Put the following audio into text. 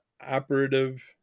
operative